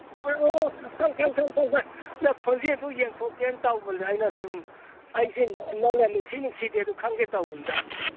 ꯑꯣ ꯅꯪ ꯈꯣꯟꯖꯦꯟꯗꯨ ꯌꯦꯡꯊꯣꯛꯀꯦꯅ ꯇꯧꯕꯅꯦ ꯑꯩꯅ ꯁꯨꯝ ꯑꯩꯁꯦ ꯅꯪꯅ ꯅꯨꯡꯁꯤ ꯅꯨꯡꯁꯤꯗꯦꯗꯨ ꯈꯪꯒꯦ ꯇꯧꯕꯅꯤꯗ